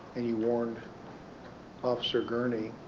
and you warned officer gurney,